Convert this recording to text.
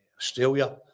Australia